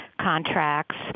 contracts